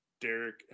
Derek